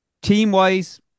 team-wise